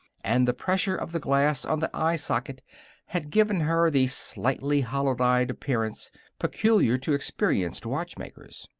and the pressure of the glass on the eye socket had given her the slightly hollow-eyed appearance peculiar to experienced watchmakers.